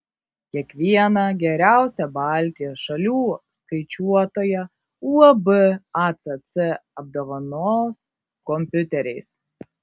kiekvieną geriausią baltijos šalių skaičiuotoją uab acc apdovanos kompiuteriais